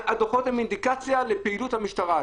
הדוחות הן אינדיקציה לפעילות המשטרה,